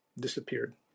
disappeared